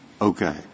Okay